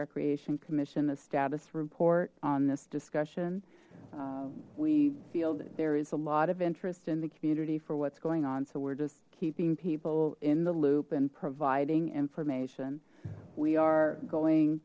recreation commission a status report on this discussion we feel that there is a lot of interest in the community for what's going on so we're just keeping people in the loop and providing information we are going